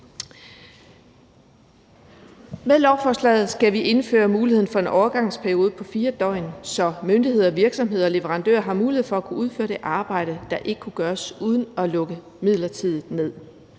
Med lovforslaget skal vi indføre muligheden for en overgangsperiode på 4 døgn, så myndigheder, virksomheder og leverandører har mulighed for at kunne udføre det arbejde, der ikke kunne gøres uden at lukke midlertidigt ned,